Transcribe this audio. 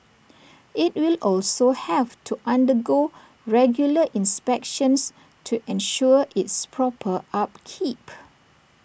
IT will also have to undergo regular inspections to ensure its proper upkeep